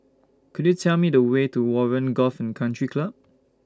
Could YOU Tell Me The Way to Warren Golf and Country Club